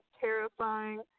terrifying